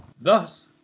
Thus